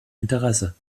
interesse